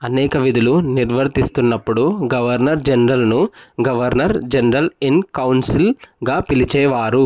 అనేక విధులు నిర్వర్తిస్తున్నప్పుడు గవర్నర్ జనరల్ను గవర్నర్ జనరల్ ఇన్ కౌన్సిల్గా పిలిచేవారు